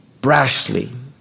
Brashly